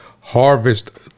harvest